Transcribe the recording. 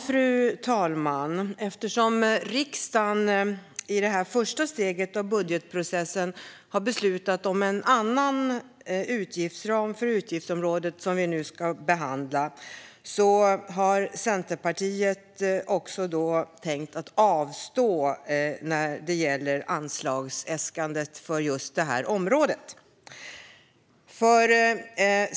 Fru talman! Eftersom riksdagen i det första steget av budgetprocessen har beslutat om en annan utgiftsram för det utgiftsområde som vi nu ska behandla har Centerpartiet också tänkt avstå när det gäller anslagsäskandet för just det här området.